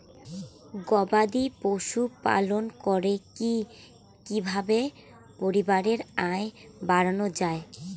গবাদি পশু পালন করে কি কিভাবে পরিবারের আয় বাড়ানো যায়?